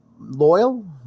loyal